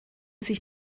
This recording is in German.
sich